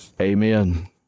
Amen